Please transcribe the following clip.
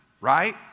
right